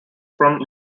from